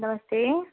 नमस्ते